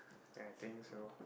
ya I think so